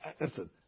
listen